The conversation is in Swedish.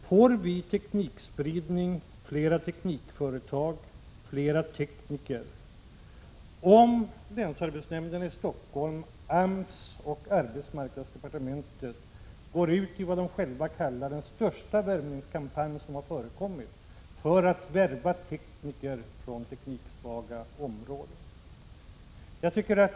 Får vi teknikspridning, flera teknikföretag och flera tekniker, om länsarbetsnämnden i Stockholm, AMS och arbetsmarknadsdepartementet går ut i vad de själva kallar den största värvningskampanj som har förekommit för att värva tekniker från tekniksvaga områden?